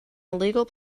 illegal